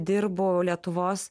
dirbu lietuvos